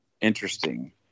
interesting